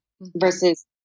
versus